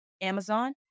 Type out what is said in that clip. Amazon